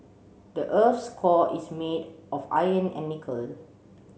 the earth's core is made of iron and nickel